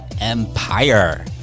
Empire